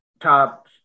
top